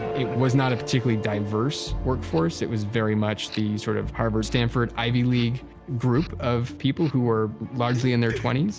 it was not a particularly diverse workforce. it was very much the sort of harvard, stanford, ivy league group of people who were largely in their twenty